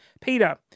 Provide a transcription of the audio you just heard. Peter